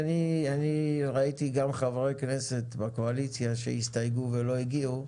ראיתי גם חברי כנסת בקואליציה שהסתייגו ולא הגיעו.